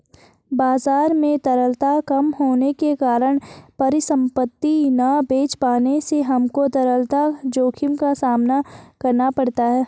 बाजार में तरलता कम होने के कारण परिसंपत्ति ना बेच पाने से हमको तरलता जोखिम का सामना करना पड़ता है